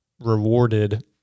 rewarded